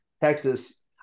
Texas